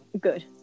good